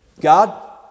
God